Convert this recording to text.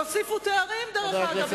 תוסיפו תארים, דרך אגב.